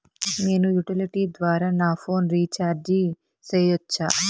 నేను యుటిలిటీ ద్వారా నా ఫోను రీచార్జి సేయొచ్చా?